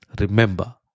remember